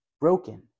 broken